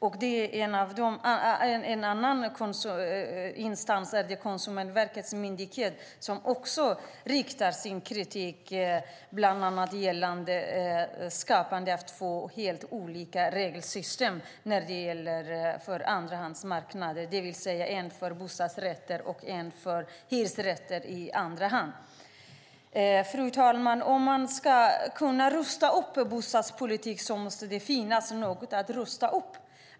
En annan instans, Konsumentverket, riktar kritik bland annat mot skapandet av två helt olika regelsystem när det gäller andrahandsmarknaden, det vill säga en för bostadsrätter och en för hyresrätter. Fru talman! Om man ska kunna rusta upp en bostadspolitik måste det finnas något att rusta upp.